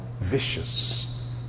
vicious